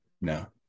No